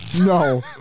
No